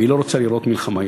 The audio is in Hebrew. והיא לא רוצה לראות מלחמה יותר.